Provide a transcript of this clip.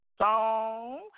song